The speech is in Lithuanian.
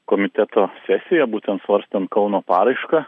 komiteto sesiją būtent svarstant kauno paraišką